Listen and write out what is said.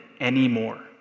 anymore